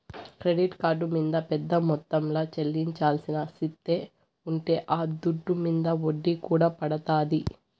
credit card మింద పెద్ద మొత్తంల చెల్లించాల్సిన స్తితే ఉంటే ఆ దుడ్డు మింద ఒడ్డీ కూడా పడతాది